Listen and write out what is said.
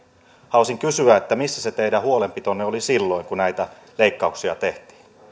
haluaisin kysyä missä se teidän huolenpitonne oli silloin kun näitä leikkauksia tehtiin